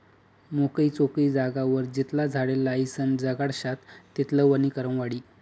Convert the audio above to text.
मोकयी चोकयी जागावर जितला झाडे लायीसन जगाडश्यात तितलं वनीकरण वाढी